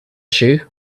shoe